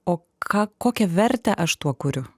o ką kokią vertę aš tuo kuriu